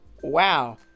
Wow